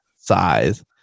size